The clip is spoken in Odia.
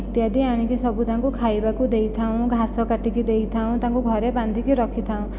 ଇତ୍ୟାଦି ଆଣିକି ସବୁ ତାଙ୍କୁ ଖାଇବାକୁ ଦେଇଥାଉ ଘାସ କଟିକି ଦେଇଥାଉ ତାଙ୍କୁ ଘରେ ବାନ୍ଧିକି ରଖିଥାଉ